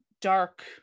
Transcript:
dark